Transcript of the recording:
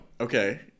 Okay